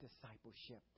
discipleship